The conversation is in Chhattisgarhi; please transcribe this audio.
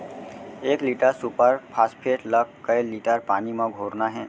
एक लीटर सुपर फास्फेट ला कए लीटर पानी मा घोरना हे?